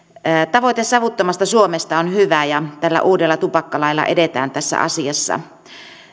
tavoite savuttomasta suomesta on hyvä ja tällä uudella tupakkalailla edetään tässä asiassa